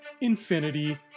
Infinity